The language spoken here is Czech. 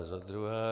Za druhé.